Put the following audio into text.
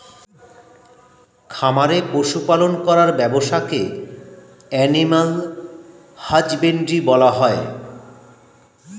খামারে পশু পালন করার ব্যবসাকে অ্যানিমাল হাজবেন্ড্রী বলা হয়